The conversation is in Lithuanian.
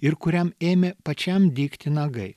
ir kuriam ėmė pačiam dygti nagai